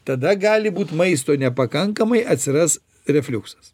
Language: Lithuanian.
tada gali būt maisto nepakankamai atsiras refliuksas